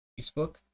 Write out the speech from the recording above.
Facebook